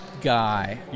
Guy